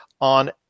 on